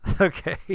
Okay